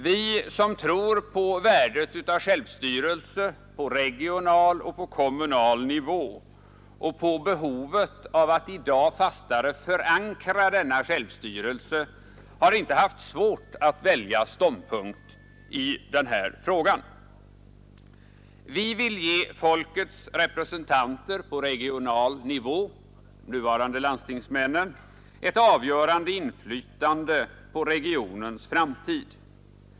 Vi som tror på värdet av självstyrelse på regional och på kommunal nivå och på behovet av att i dag fastare förankra denna självstyrelse har inte haft svårt att välja ståndpunkt i denna fråga. Vi vill ge folkets representanter på regional nivå, de nuvarande landstingsmännen, ett avgörande inflytande på regionens framtid.